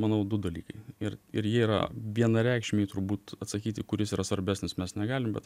manau du dalykai ir ir jie yra vienareikšmiai turbūt atsakyti kuris yra svarbesnis mes negalim bet